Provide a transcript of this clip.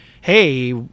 hey